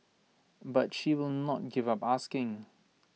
but she will not give up asking